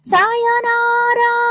Sayonara